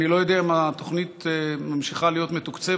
אני לא יודע אם התוכנית ממשיכה להיות מתוקצבת.